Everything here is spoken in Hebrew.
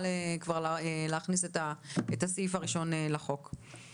נוכל כבר להכניס את הסעיף הראשון לחוק לתוקף.